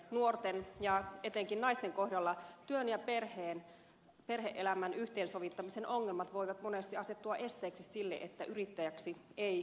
nuorten ja etenkin naisten kohdalla työn ja perhe elämän yhteensovittamisen ongelmat voivat monesti asettua esteeksi sille että yrittäjäksi ei ryhdytä